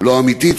לא אמיתית,